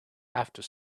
after